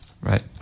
Right